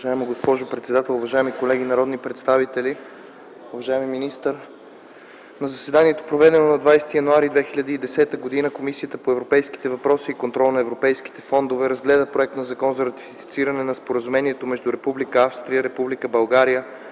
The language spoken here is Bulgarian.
Уважаема госпожо председател, уважаеми народни представители, уважаеми министър! „На заседанието, проведено на 20 януари 2010 г., Комисията по европейските въпроси и контрол на европейските фондове разгледа проект на Закон за ратифициране на Споразумението между Република